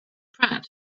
pratt